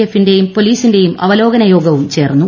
എഫിന്റെയും പോലീസിന്റെയും അവല്യോകന യോഗവും ചേർന്നു